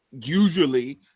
usually